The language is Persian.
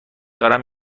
دارم